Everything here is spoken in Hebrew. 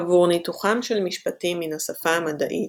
עבור ניתוחם של משפטים מן השפה המדעית,